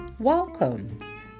Welcome